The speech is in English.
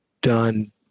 done